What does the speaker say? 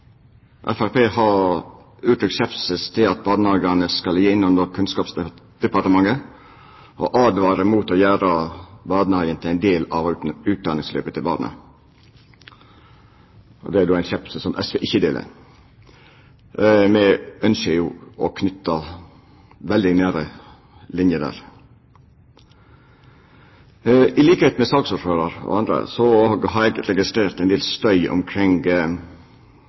Framstegspartiet har uttrykt skepsis til at barnehagane ligg under Kunnskapsdepartementet og åtvarar mot å gjera barnehagen til ein del av utdanningsløpet til barna. Det er ein skepsis som SV ikkje deler. Me ønskjer jo å knyta veldig nære linjer der. Til liks med saksordføraren og andre har eg registrert ein del støy omkring